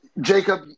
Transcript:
Jacob